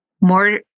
more